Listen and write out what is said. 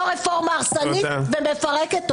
לא רפורמה הרסנית ומפרקת.